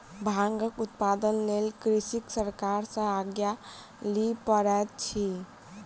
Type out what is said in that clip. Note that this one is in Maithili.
भांगक उत्पादनक लेल कृषक सरकार सॅ आज्ञा लिअ पड़ैत अछि